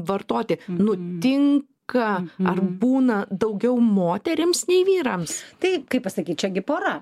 vartoti nutinka ar būna daugiau moterims nei vyrams